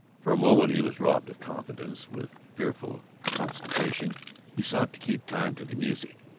for a moment he was robbed of confidence with fearful concentration he sought to keep time to the music.